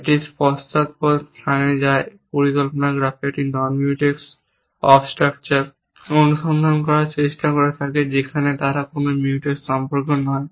এটি পশ্চাৎপদ স্থানে যায় পরিকল্পনা গ্রাফে একটি নন মিউটেক্স অবস্ট্রাকচার অনুসন্ধান করার চেষ্টা করে যেখানে তারা কোনও মিউটেক্স সম্পর্ক নয়